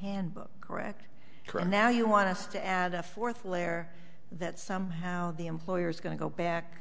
handbook correct crime now you want us to add a fourth lare that somehow the employer's going to go back